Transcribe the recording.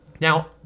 now